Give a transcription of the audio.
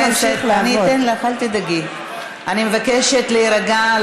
אני מבקשת להירגע.